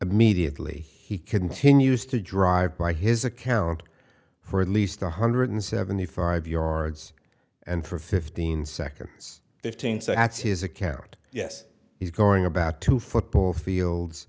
immediately he continues to drive by his account for at least one hundred seventy five yards and for fifteen seconds fifteen so that's his account yes he's going about two football fields